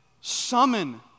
summon